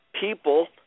people